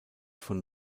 von